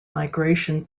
migration